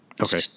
okay